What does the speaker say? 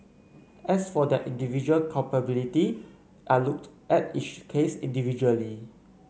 as for their individual culpability I looked at each case individually